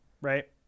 right